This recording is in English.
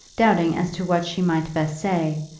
doubting as to what she might best say,